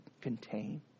contain